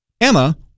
Emma